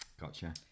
gotcha